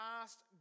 asked